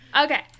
okay